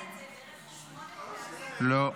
לא.